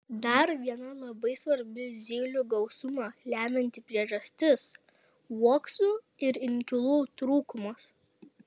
dar viena labai svarbi zylių gausumą lemianti priežastis uoksų ir inkilų trūkumas